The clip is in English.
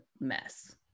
mess